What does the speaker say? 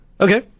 Okay